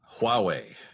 Huawei